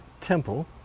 temple